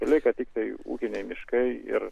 lieko tiktai ūkiniai miškai ir